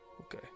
okay